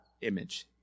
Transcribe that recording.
image